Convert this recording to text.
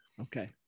Okay